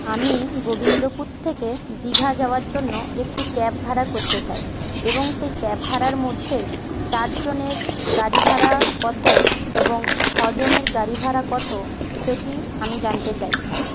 আমি গোবিন্দপুর থেকে দিঘা যাওয়ার জন্য একটি ক্যাব ভাড়া করতে চাই এবং সেই ক্যাব ভাড়ার মধ্যে চারজনের গাড়ি ভাড়া কত এবং ছ জনের গাড়ি ভাড়া কত সেটি আমি জানতে চাই